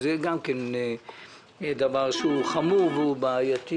שגם זה דבר חמור ובעייתי